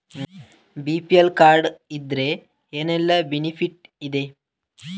BPL card ಇದ್ರೆ ಏನೆಲ್ಲ benefit ಇದೆ?